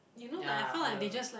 ya or the